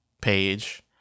page